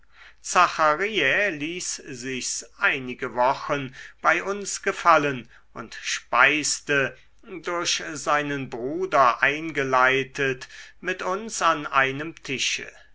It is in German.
zachariä ließ sich's einige wochen bei uns gefallen und speiste durch seinen bruder eingeleitet mit uns an einem tische